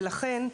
ולכן,